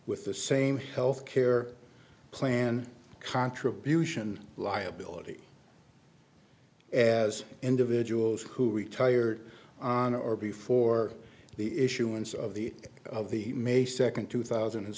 with the same health care plan contribution liability as individuals who retired on or before the issuance of the of the may second two thousand and